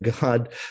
God